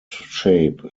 shape